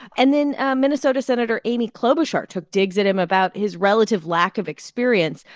and then minnesota senator amy klobuchar took digs at him about his relative lack of experience.